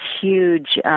huge